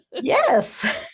Yes